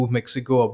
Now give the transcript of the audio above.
Mexico